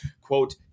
quote